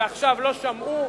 ועכשיו לא שמעו,